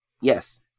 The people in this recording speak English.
Yes